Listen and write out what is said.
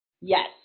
Yes